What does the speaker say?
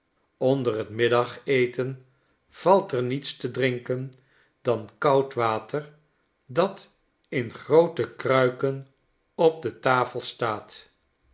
onder t middageten valt er niets te drinken dan koud water dat in groote kruiken op de tafel staat